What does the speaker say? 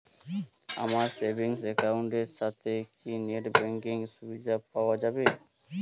আমার savings account এর সাথে কি নেটব্যাঙ্কিং এর সুবিধা পাওয়া যাবে?